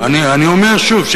אני אומר שוב,